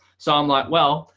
so i'm like, well,